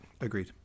Agreed